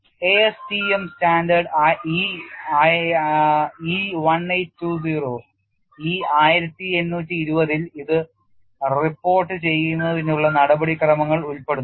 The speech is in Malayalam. ASTM സ്റ്റാൻഡേർഡ് E1820 ഇൽ ഇത് റിപ്പോർട്ട് ചെയ്യുന്നതിനുള്ള നടപടിക്രമങ്ങൾ ഉൾപ്പെടുന്നു